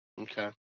Okay